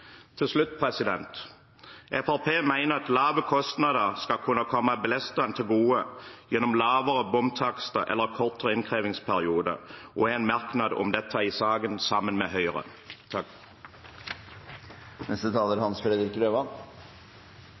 Til slutt: Fremskrittspartiet mener at lave kostnader skal kunne komme bilistene til gode gjennom lavere bomtakster eller kortere innkrevingsperiode, og har en merknad om dette i saken, sammen med Høyre.